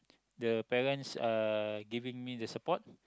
the parents uh giving me the support